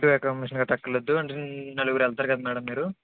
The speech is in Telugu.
ఫుడ్ ఎకామడేషన్ గట్టా అక్కర్లేదు అంటే నలుగురు వెళ్తారు కదా మ్యాడమ్ మీరు